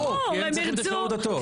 ברור, כי הם צריכים את השירות הטוב.